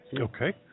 Okay